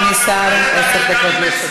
אדוני השר, עשר דקות לרשותך.